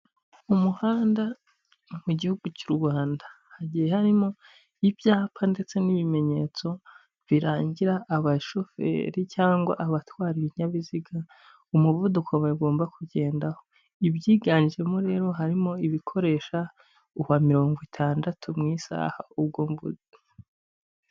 Umuhanda mu gihugu cy'u Rwanda hagiye harimo ibyapa ndetse n'ibimenyetso birangira abashoferi cyangwa abatwara ibinyabiziga umuvuduko bagomba kugendaho, ibyiganjemo rero harimo ibikoresha uwa mirongo itandatu mu isaha.